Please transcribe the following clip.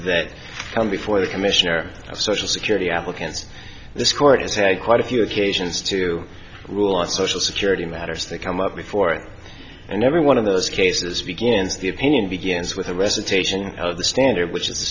that come before the commission or social security applicants this court is a quite a few occasions to rule on social security matters that come up before it and every one of those cases begins the opinion begins with a recitation of the standard which is